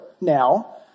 now